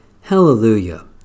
Hallelujah